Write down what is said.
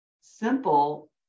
simple